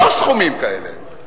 לא סכומים כאלה.